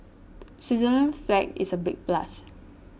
Switzerland's flag is a big plus